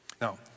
Now